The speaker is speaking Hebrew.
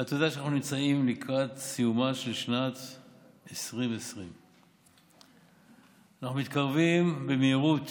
אתה יודע שאנחנו נמצאים לקראת סיומה של שנת 2020. אנחנו מתקרבים במהירות